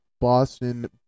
Boston